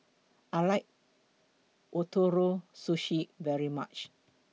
I like Ootoro Sushi very much